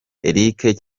eric